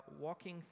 walking